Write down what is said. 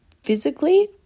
Physically